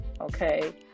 Okay